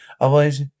Otherwise